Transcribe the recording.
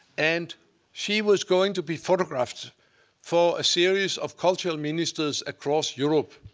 and she was going to be photographed for a series of cultural ministers across europe,